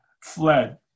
fled